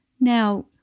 Now